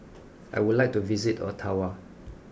I would like to visit Ottawa